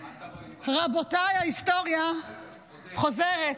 רבותיי, ההיסטוריה חוזרת,